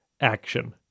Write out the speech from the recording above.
action